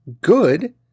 good